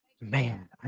man